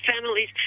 families